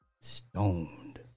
Stoned